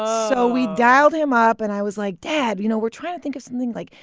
so we dialed him up, and i was like, dad, you know, we're trying to think of something like,